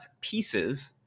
pieces